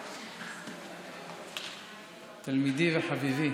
תלמידי וחביבי